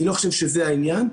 אני לא חושב שזה העניין.